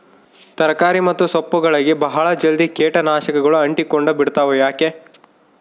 ತರಕಾರಿ ಮತ್ತು ಸೊಪ್ಪುಗಳಗೆ ಬಹಳ ಜಲ್ದಿ ಕೇಟ ನಾಶಕಗಳು ಅಂಟಿಕೊಂಡ ಬಿಡ್ತವಾ ಯಾಕೆ?